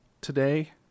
today